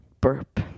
burp